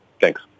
Thanks